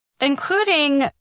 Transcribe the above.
including